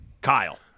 kyle